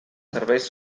serveis